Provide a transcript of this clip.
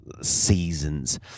seasons